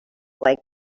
like